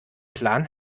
plan